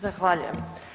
Zahvaljujem.